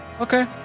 Okay